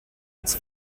its